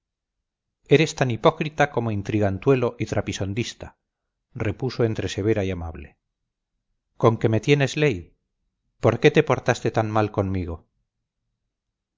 eres tan hipócrita como intrigantuelo y trapisondista repuso entre severa y amable conque me tienes ley por qué te portaste tan mal conmigo